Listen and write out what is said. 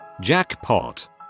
jackpot